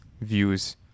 views